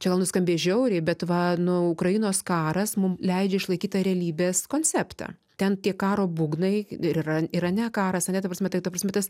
čia gal nuskambės žiauriai bet va nu ukrainos karas mum leidžia išlaikyt tą realybės konceptą ten tie karo būgnai yra irane karas ane ta prasme tai ta prasme tas